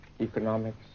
economics